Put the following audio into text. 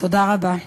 תודה רבה.